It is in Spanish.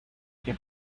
que